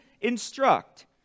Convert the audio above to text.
instruct